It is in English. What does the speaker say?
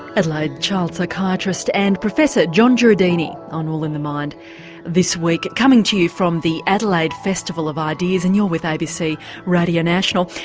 adelaide child psychiatrist and professor jureidini on all in the mind this week coming to you from the adelaide festival of ideas and you're with abc radio national.